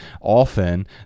often